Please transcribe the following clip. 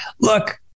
look